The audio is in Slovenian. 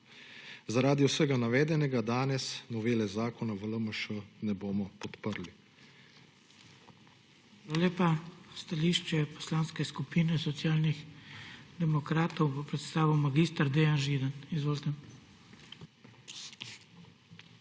Zaradi vsega navedenega danes novele zakona v LMŠ ne bomo podprli.